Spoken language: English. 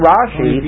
Rashi